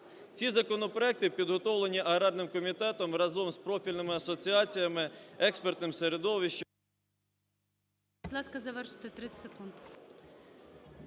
Ці законопроекти підготовлені аграрним комітетом разом з профільними асоціаціями, експертним середовищем…